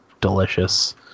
delicious